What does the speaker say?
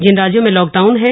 जिन राज्यों में लॉकडाउन है